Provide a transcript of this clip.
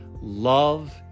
love